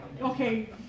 okay